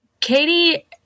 Katie